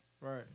Right